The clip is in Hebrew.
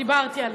דיברתי על,